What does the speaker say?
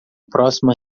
próxima